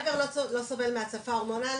גבר לא סובל מהצפה הורמונלית.